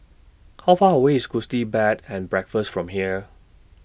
How Far away IS Gusti Bed and Breakfast from here